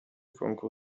کنکور